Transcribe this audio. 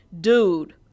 Dude